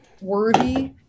worthy